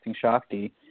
Shakti